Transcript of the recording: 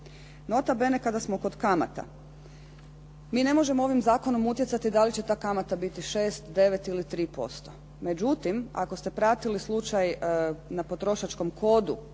Nota bene kada smo kod kamata. Mi ne možemo ovim zakonom utjecati da li će ta kamata biti 6, 9 ili 3%. Međutim, ako ste pratili slučaj na Potrošačkom kodu